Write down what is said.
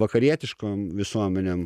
vakarietiškom visuomenėm